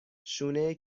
شونه